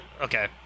Okay